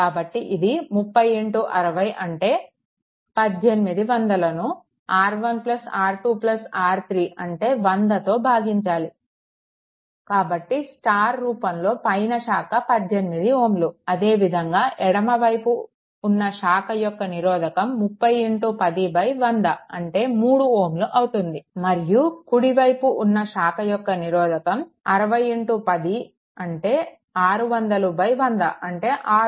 కాబట్టి ఇది 30 60 అంటే 1800ను R1 R2 R3 అంటే 100తో భాగించాలి కాబట్టి స్టార్ రూపంలో పైన శాఖ 18 Ω అదే విధంగా ఎడమ వైపు ఉన్న శాఖ యొక్క నిరోధకం 3010100 అంటే 3Ω అవుతుంది మరియు కుడి వైపు ఉన్న శాఖ యొక్క నిరోధకం 6010 600100 అంటే 6Ω